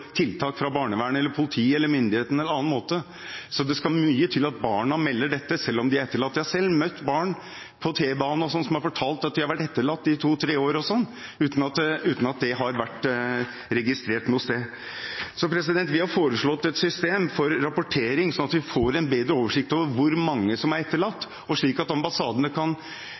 tiltak fra barnevern, politi, myndighetene osv., så det skal mye til at barna melder dette, selv om de er etterlatt. Jeg har selv møtt barn på T-banen som har fortalt at de har vært etterlatt i to–tre år, uten at det har vært registrert noe sted. Så vi har foreslått et system for rapportering, sånn at vi får en bedre oversikt over hvor mange som er etterlatt, og slik at ambassadene kan